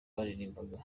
baririmbaga